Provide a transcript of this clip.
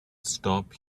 stop